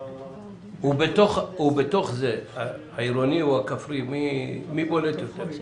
ובתוך זה, העירוני או הכפרי, מי בולט יותר?